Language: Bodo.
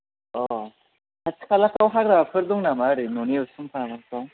अ' खाथि खालाफ्राव हाग्राफोर दं नामा ओरै न'नि उसुंफ्राव माफ्राव